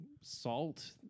salt